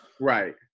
right